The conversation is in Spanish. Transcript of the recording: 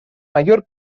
mayor